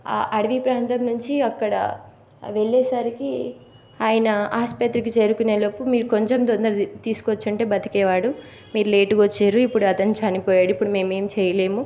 ఆ అడవి ప్రాంతం నుంచి అక్కడ వెళ్ళేసరికి ఆయన ఆస్పత్రికి చేరుకునే లోపు మీరు కొంచెం తొందరగా తీసుకు వచ్చుంటే బతికేవాడు మీరు లేటుగా వచ్చిర్రు ఇప్పుడు అతను చనిపోయాడు ఇప్పుడు మేము ఏం చేయలేము